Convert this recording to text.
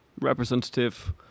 representative